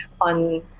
on